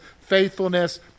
faithfulness